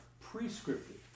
prescriptive